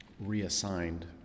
reassigned